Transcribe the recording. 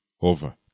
over